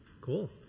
cool